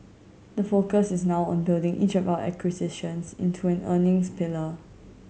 the focus is now on building each of our acquisitions into an earnings pillar